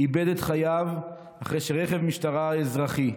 איבד את חייו אחרי שרכב משטרה אזרחי,